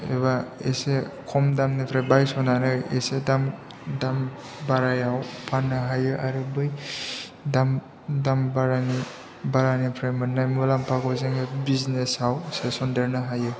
एबा एसे खम दामनिफ्राय बायसनानै एसे दाम बारायाव फाननो हायो आरो बै दाम बारानिफ्राय मोननाय मुलाम्फाखौ जोङो बिजनेसआव सोसनदेरनो हायो